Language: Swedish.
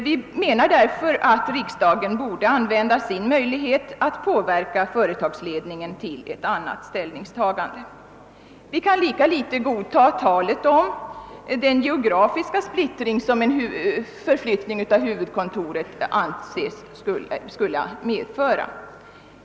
Vi anser därför att riksdagen bör använda sin möjlighet att påverka företagsledningen till ett annat ställningstagande. Lika litet kan vi godta talet om den geografiska splittring som en flyttning av huvudkontoret anses medföra.